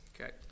Okay